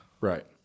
Right